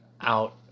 out